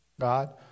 God